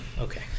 Okay